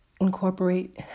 incorporate